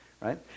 right